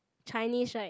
Chinese right